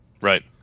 Right